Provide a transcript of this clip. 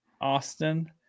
Austin